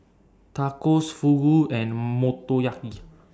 Tacos Fugu and Motoyaki